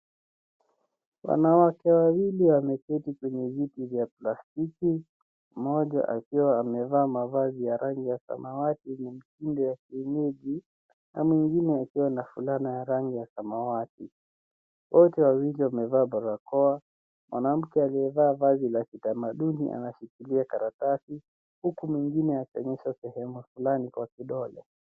Wanawake wawili wameketi kwenye viti vya plastiki; mmoja akiwa amevaa mavazi ya rangi ya samawati ya mtindo wa kienyeji na mwingine akiwa na fulana ya rangi ya samawati. Wote wawili wamevaa barakoa. Mwanamke aliyevaa vazi la kitamaduni anashikilia karatasi huku mwingine akionyesha sehemu fulani kwa kidole.